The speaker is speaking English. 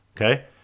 Okay